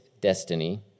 destiny